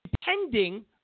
depending